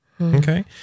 Okay